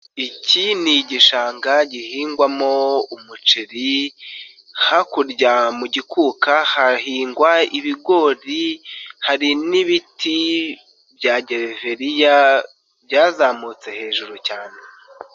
Iki ni igishanga gihingwamo umuceri, hakurya mu gikuka hahingwa ibigori, hari n'ibiti bya gereveriya byazamutse hejuru cyane.